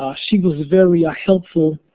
ah she was very ah helpful.